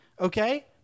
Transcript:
okay